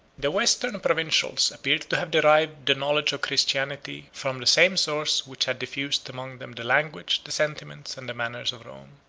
the western provincials appeared to have derived the knowledge of christianity from the same source which had diffused among them the language, the sentiments, and the manners of rome.